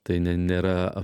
tai nėra